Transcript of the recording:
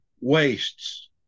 wastes